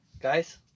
guys